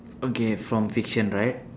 okay from fiction right